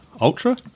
Ultra